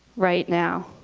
right now.